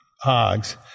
hogs